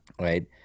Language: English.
right